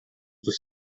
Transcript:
dos